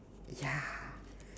ya